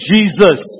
Jesus